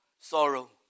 sorrow